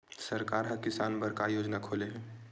सरकार ह किसान बर का योजना खोले हे?